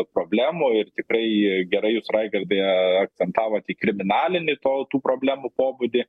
problemų ir tikrai gerai jūs raigardai akcentavot į kriminalinį to tų problemų pobūdį